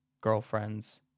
girlfriends